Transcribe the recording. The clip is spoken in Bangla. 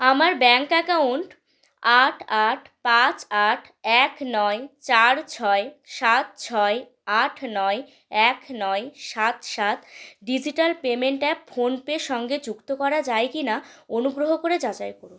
আমার ব্যাঙ্ক অ্যাকাউন্ট আট আট পাঁচ আট এক নয় চার ছয় সাত ছয় আট নয় এক নয় সাত সাত ডিজিটাল পেমেন্ট অ্যাপ ফোনপে সঙ্গে যুক্ত করা যায় কি না অনুগ্রহ করে যাচাই করুন